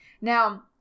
Now